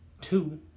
two